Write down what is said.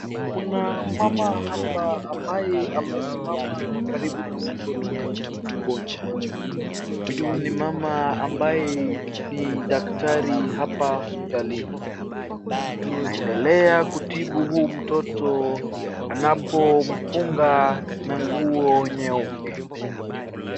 Kuna mama hapa ambaye amesimama ksribu na mtoto mgonjwa. Huyu ni mama ambaye ni daktari hapa hospitalini, anaendelea kutibu huyu mtoto, anapomfunga na nguo nyeupe.